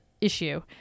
issue